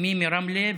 אימי מרמלה,